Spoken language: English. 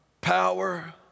power